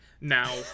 now